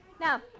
Now